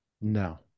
No